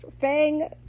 Fang